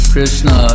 Krishna